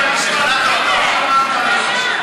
זה המשפט הכי טוב שאמרת.